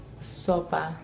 sopa